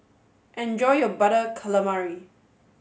enjoy your Butter Calamari